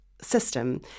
system